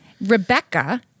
Rebecca